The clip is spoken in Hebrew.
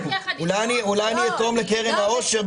אולי אני אתרום לקרן העושר,